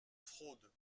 fraude